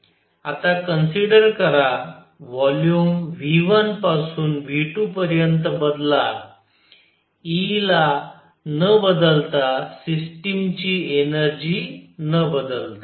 आता कन्सीडर करा volume V1 पासून V2 पर्यंत बदला E ला न बदलता सिस्टिम ची एनर्जी न बदलता